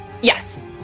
Yes